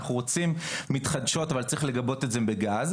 אנחנו רוצים מתחדשות אבל צריך לגבות את זה בגז.